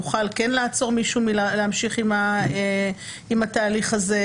יוכל לעצור מישהו מלהמשיך עם התהליך הזה,